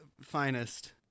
finest